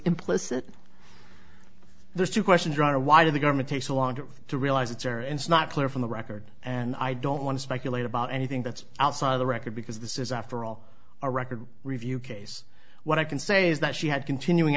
implicit there's two questions roger why did the government take so long to realize it's or it's not clear from the record and i don't want to speculate about anything that's outside the record because this is after all a record review case what i can say is that she had continuing